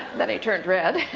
then he turned red.